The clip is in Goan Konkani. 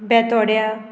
बेतोड्या